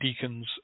deacons